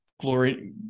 glory